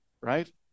right